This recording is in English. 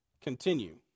continue